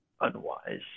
unwise